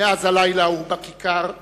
מאז הלילה ההוא בכיכר,